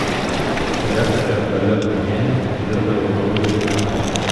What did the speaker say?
korektorė dalia bliumienė dirba jau daugelį metų